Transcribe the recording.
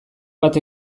bat